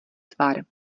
tvar